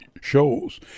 shows